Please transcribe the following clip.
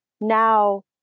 now